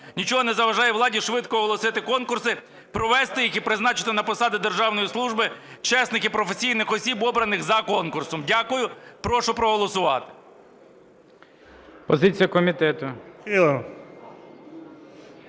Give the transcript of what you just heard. Нічого не заважає владі швидко оголосити конкурси, провести їх і призначити на посади державної служби чесних і професійних осіб, обраних за конкурсом. Дякую. Прошу проголосувати.